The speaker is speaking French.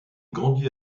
grandit